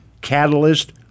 catalyst